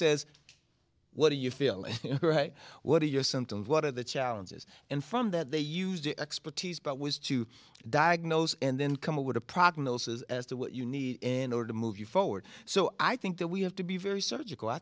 says what do you feel and what are your symptoms what are the challenges and from that they used the expertise but was to diagnose and then come up with a prognosis as to what you need in order to move you forward so i think that we have to be very surgical i